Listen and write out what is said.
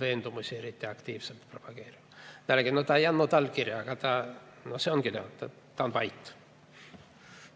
veendumusi eriti aktiivselt propageerima. Pealegi, ta ei andnud allkirja, aga no see ongi – ta on vait.